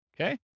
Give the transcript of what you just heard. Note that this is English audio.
Okay